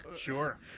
Sure